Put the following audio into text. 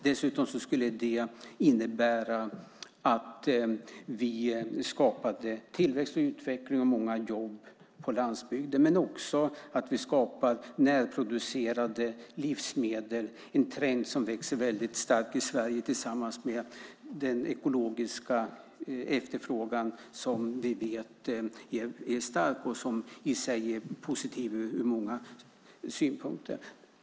Dessutom skulle det innebära att vi skapar tillväxt, utveckling och många jobb på landsbygden men också skapar närproducerade livsmedel - en trend som växer väldigt starkt i Sverige, tillsammans med den ekologiska efterfrågan, som vi vet är stark och som i sig är positiv från många synpunkter.